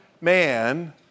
man